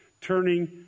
turning